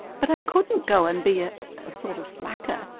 but i couldn't go and be a a sort of slacker!